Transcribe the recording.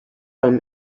from